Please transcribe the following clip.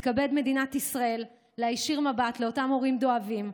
תתכבד מדינת ישראל להישיר מבט לאותם הורים דואבים,